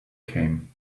came